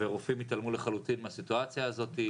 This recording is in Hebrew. ורופאים התעלמו לחלוטין מהסיטואציה הזאת,